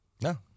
No